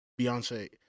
Beyonce